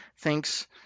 thinks